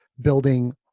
building